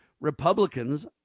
Republicans